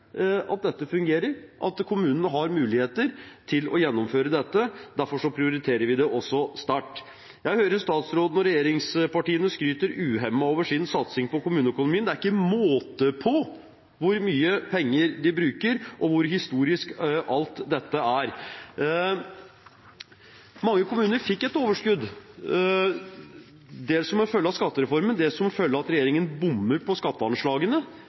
at dette fungerer, og at kommunene har muligheter til å gjennomføre dette. Derfor prioriterer vi det også sterkt. Jeg hører statsråden og regjeringspartiene skryte uhemmet av sin satsing på kommuneøkonomien – det er ikke måte på hvor mye penger de bruker, og hvor historisk alt dette er. Mange kommuner fikk et overskudd, dels som en følge av skattereformen, dels som en følge av at regjeringen bommer på skatteanslagene,